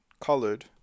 colored